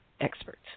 experts